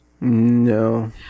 no